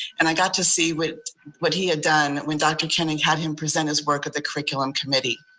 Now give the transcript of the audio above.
and i got to see what what he had done when dr koenig had him present his work at the curriculum committee.